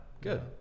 Good